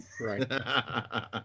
right